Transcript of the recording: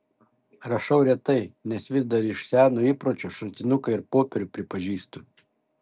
rašau retai nes vis dar iš seno įpročio šratinuką ir popierių pripažįstu